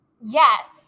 yes